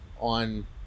on